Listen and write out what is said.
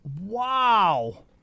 Wow